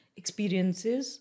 experiences